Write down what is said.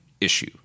issue